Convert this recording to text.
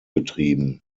getrieben